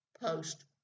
post